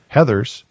Heather's